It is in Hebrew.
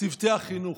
צוותי החינוך.